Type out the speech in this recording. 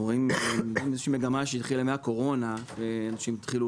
אנחנו רואים איזושהי מגמה שהתחילה מאז הקורונה כאשר אנשים התחילו